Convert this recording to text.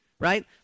right